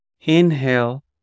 Inhale